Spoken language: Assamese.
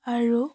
আৰু